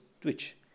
twitch